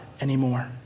anymore